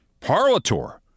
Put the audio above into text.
Parlator